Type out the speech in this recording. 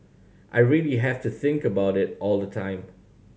I really have to think about it all the time